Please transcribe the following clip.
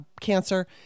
cancer